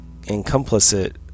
incomplicit